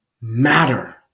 matter